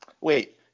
Wait